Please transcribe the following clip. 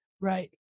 Right